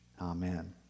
Amen